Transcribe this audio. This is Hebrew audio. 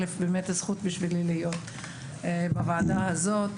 זכות בשבילי להיות בוועדה הזאת.